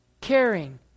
caring